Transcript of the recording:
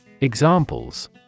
Examples